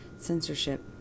Censorship